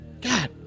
God